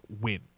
win